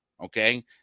Okay